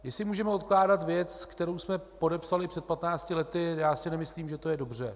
Jestli můžeme odkládat věc, kterou jsme podepsali před 15 lety já si nemyslím, že to je dobře.